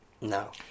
no